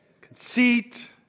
conceit